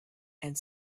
and